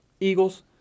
Eagles